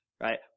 Right